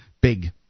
big